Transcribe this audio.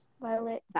Violet